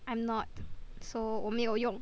I'm not so 我没有用